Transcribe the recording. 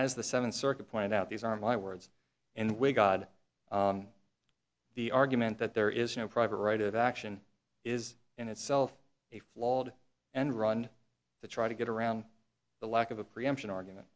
as the seven circuit pointed out these are my words and we're god the argument that there is no private right of action is in itself a flawed and run to try to get around the lack of a preemption argument